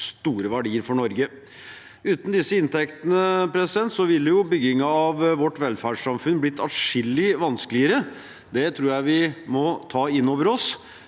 store verdier for Norge. Uten disse inntektene ville byggingen av vårt velferdssamfunn blitt atskillig vanskeligere. Det tror jeg vi må ta inn over oss,